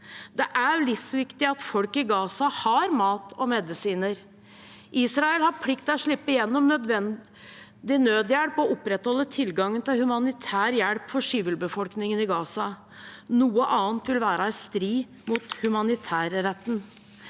Det er livsviktig at folk i Gaza har mat og medisiner. Israel har plikt til å slippe igjennom nødvendig nødhjelp og opprettholde tilgangen til humanitær hjelp for sivilbefolkningen i Gaza. Noe annet vil være i strid med humanitærretten.